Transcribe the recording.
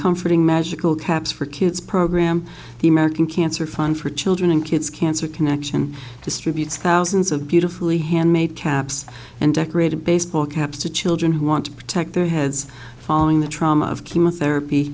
comforting magical caps for kids program the american cancer fund for children and kids cancer connection distributes thousands of beautifully handmade caps and decorated baseball caps to children who want to protect their heads following the trauma of chemotherapy